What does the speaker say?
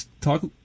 talk